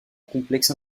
complexe